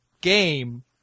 game